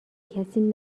کسی